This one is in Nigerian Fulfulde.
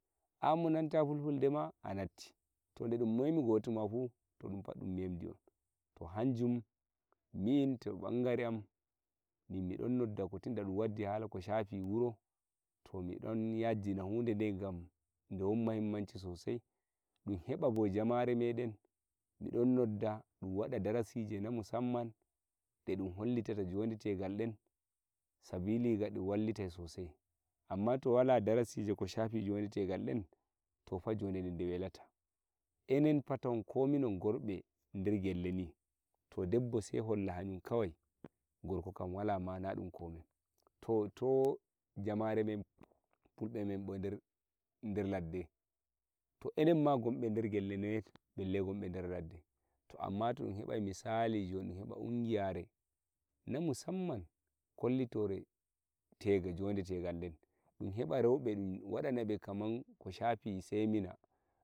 an mo nanta fulfulde ma a natti to nde dum memi goto ma fu to dum pat dum memdi on to hanjum min to nbangare am min mi don nodda ko tinda ko dum waddi hala ko shafi wuro to mi don yajina hude nde ngam nde won mahimmanci so sai dum heba bo jamare meden mi don nodda dum wada darasije na musamman nde dum hollitata njode tegal den sabili ga dum wallitai so sai to amma to wala darasije ko shafi njode tegal den to fa njode den nde welata enen fa to ko minon ngonbe nder gelle ni to debbo sei holla hayum kawai gorko kam wala ma na dum komai to to jamare men fulbe men nder nder ladde to enen ma ngonbe nder gelle noye belle ngonbe nder ladde to amma to hebai misali njon dum heba ungiyare na musamman kollitore tege njode tegal dum heba reube dum wadana be kaman ko shafi semina